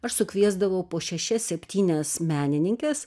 aš sukviesdavau po šešias septynias menininkes